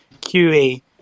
QA